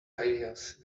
ideas